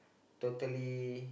totally